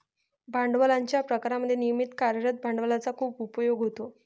भांडवलाच्या प्रकारांमध्ये नियमित कार्यरत भांडवलाचा खूप उपयोग होतो